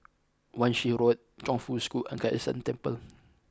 Wan Shih Road Chongfu School and Kai San Temple